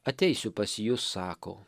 ateisiu pas jus sako